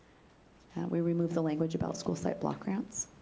we removed the language about school site block grants.